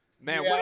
man